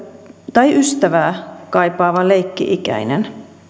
tai ystävää kaipaava leikki ikäinen